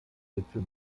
gipfel